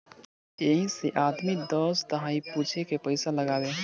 यही से आदमी दस दहाई पूछे के पइसा लगावे